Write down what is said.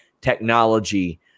technology